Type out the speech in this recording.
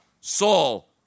Saul